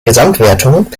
gesamtwertung